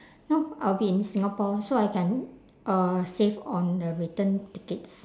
no I will be in singapore so I can uh save on the return tickets